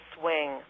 swing